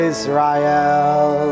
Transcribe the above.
Israel